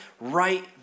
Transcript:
right